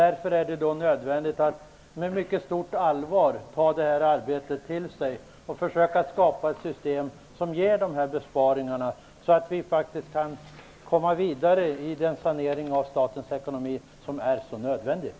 Därför är det nödvändigt att med mycket stort allvar ta på sig arbetet att försöka skapa ett system som ger besparingarna, så att vi kan komma vidare i den så nödvändiga saneringen av statens ekonomi.